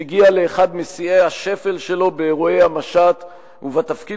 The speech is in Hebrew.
שהגיע לאחד משיאי השפל שלו באירועי המשט ובתפקיד